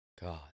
God